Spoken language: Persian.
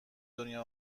دنیا